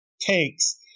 tanks